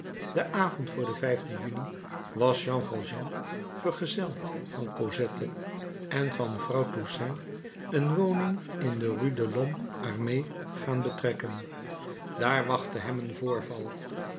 den avond voor den juni was jean valjean vergezeld van cosette en van vrouw toussaint een woning in de rue de l'homme armé gaan betrekken daar wachtte hem een voorval